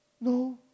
no